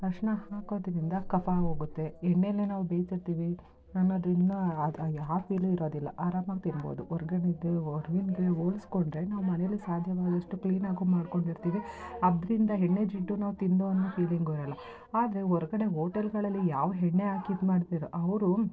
ಅರಶಿಣ ಹಾಕೋದರಿಂದ ಕಫ ಹೋಗುತ್ತೆ ಎಣ್ಣೆಲೆ ನಾವು ಬೇಯಿಸಿರ್ತೀವಿ ಅನ್ನೋದರಿಂದ ಅದು ಯಾವ ಫೀಲೂ ಇರೋದಿಲ್ಲ ಆರಾಮಾಗಿ ತಿನ್ಬೋದು ಹೊರ್ಗಡೆದು ಹೊರ್ಗಿಂದು ಹೋಲ್ಸ್ಕೊಂಡ್ರೆ ನಾವು ಮನೇಲೆ ಸಾಧ್ಯವಾದಷ್ಟು ಕ್ಲೀನಾಗೂ ಮಾಡಿಕೊಂಡಿರ್ತೀವಿ ಅದರಿಂದ ಎಣ್ಣೆ ಜಿಡ್ಡು ನಾವು ತಿಂದೋ ಅನ್ನೋ ಫೀಲಿಂಗು ಇರೋಲ್ಲ ಆದರೆ ಹೊರಗಡೆ ಹೋಟೆಲ್ಗಳಲ್ಲಿ ಯಾವ ಎಣ್ಣೆ ಹಾಕಿ ಇದು ಮಾಡ್ತಿರೋ ಅವರು